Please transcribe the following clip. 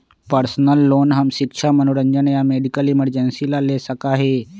personal loan हम शिक्षा मनोरंजन या मेडिकल इमरजेंसी ला ले सका ही